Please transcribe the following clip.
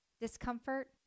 discomfort